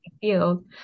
field